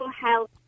health